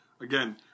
Again